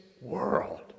world